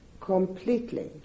completely